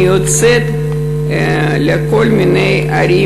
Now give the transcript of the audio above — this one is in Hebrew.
אני יוצאת לכל מיני ערים,